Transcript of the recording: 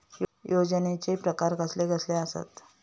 योजनांचे प्रकार कसले कसले असतत?